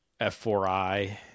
F4I